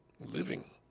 living